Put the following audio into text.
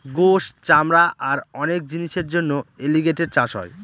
গোস, চামড়া আর অনেক জিনিসের জন্য এলিগেটের চাষ হয়